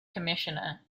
commissioner